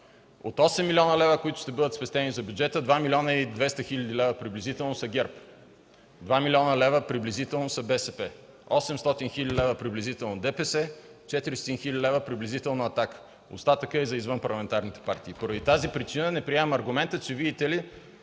От 8 млн. лв., които ще бъдат спестени за бюджета, 2 млн. 200 хил. лв. приблизително са ГЕРБ; 2 млн. лв. приблизително са БСП; 800 хил. лв. приблизително – ДПС; 400 хил. лв. приблизително – „Атака”. Остатъкът е за извънпарламентарните партии. Поради тази причина не приемам аргумента, че, видите ли,